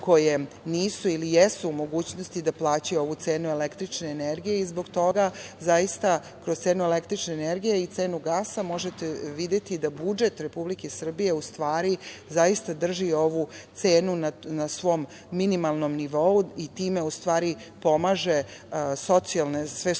koje nisu ili jesu u mogućnosti da plaćaju ovu cenu električne energije i zbog toga zaista kroz cenu električne energije i cenu gasa možete videti da budžet Republike Srbije, u stvari, zaista drži ovu cenu na svom minimalnom nivou i time pomaže socijalne